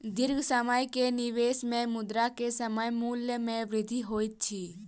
दीर्घ समय के निवेश में मुद्रा के समय मूल्य में वृद्धि होइत अछि